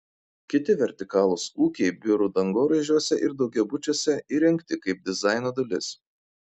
kiti vertikalūs ūkiai biurų dangoraižiuose ir daugiabučiuose įrengti kaip dizaino dalis